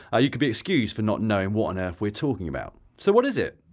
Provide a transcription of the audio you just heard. ah you can be excused for not knowing what on earth we're talking about. so what is it?